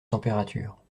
température